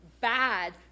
bad